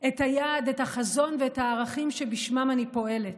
את היעד, את החזון ואת הערכים שבשמם אני פועלת.